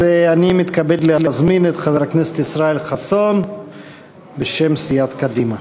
ואני מתכבד להזמין את חבר הכנסת ישראל חסון בשם סיעת קדימה.